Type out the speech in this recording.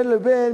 בין לבין,